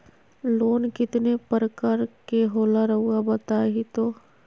Loan कितने पारकर के होला रऊआ बताई तो?